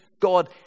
God